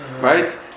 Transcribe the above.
right